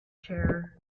chair